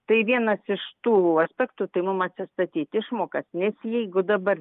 tai vienas iš tų aspektų tai mum atsistatyt išmokas nes jeigu dabar